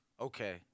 Okay